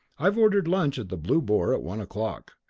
i've ordered lunch at the blue boar at one o'clock.